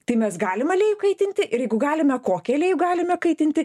tai mes galime aliejų kaitinti ir jeigu galime kokį aliejų galime kaitinti